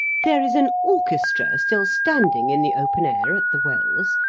there is an orchestra still standing in the open air at the wells,